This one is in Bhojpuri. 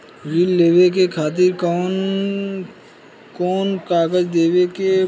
ऋण लेवे के खातिर कौन कोन कागज देवे के पढ़ही?